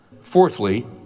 Fourthly